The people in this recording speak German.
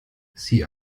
sie